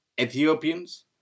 Ethiopians